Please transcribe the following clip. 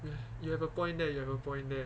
you you have a point that you have a point there